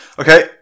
okay